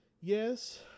Yes